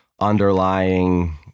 underlying